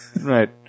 Right